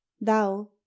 thou